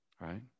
Right